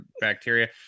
bacteria